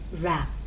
wrap